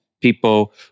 people